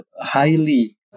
highly